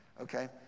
okay